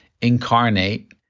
incarnate